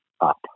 up